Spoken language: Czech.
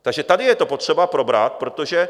Takže tady je to potřeba probrat, protože...